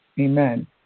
Amen